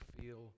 feel